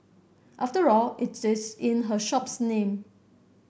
after all it is in her shop's name